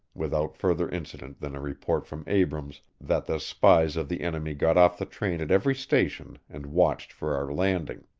without further incident than a report from abrams that the spies of the enemy got off the train at every station and watched for our landing.